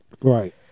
Right